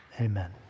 Amen